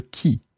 qui